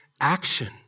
action